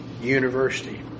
University